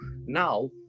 now